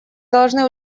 должны